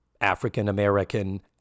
African-American